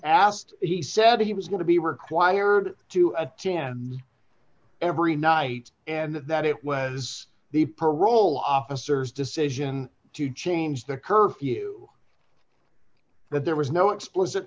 asked he said he was going to be required to attend every night and that it was the parole officers decision to change the curfew but there was no explicit